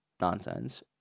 nonsense